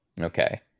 Okay